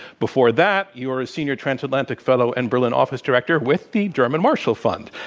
before that, you were a senior transatlantic fellow and berlin office director with the german marshall fund.